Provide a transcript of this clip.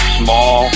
small